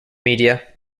media